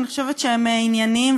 ואני חושבת שהם ענייניים,